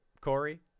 Corey